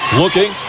looking